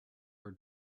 her